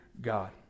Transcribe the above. God